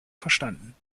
verstanden